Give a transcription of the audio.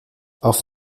auf